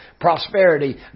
prosperity